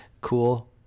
Cool